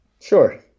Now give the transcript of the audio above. Sure